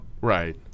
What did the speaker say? Right